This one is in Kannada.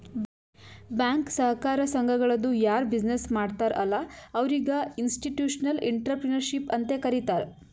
ಬ್ಯಾಂಕ್, ಸಹಕಾರ ಸಂಘಗಳದು ಯಾರ್ ಬಿಸಿನ್ನೆಸ್ ಮಾಡ್ತಾರ ಅಲ್ಲಾ ಅವ್ರಿಗ ಇನ್ಸ್ಟಿಟ್ಯೂಷನಲ್ ಇಂಟ್ರಪ್ರಿನರ್ಶಿಪ್ ಅಂತೆ ಕರಿತಾರ್